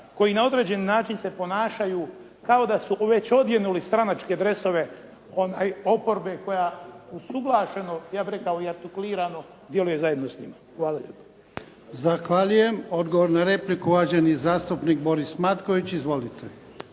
koji na određeni način se ponašaju kao da su već odjenuli stranačke dresove oporbe koja usuglašeno, ja bih rekao i artikulirano djeluje zajedno s njima. Hvala. **Jarnjak, Ivan (HDZ)** Zahvaljujem. Odgovor na repliku, uvaženi zastupnik Boris Matković. Izvolite.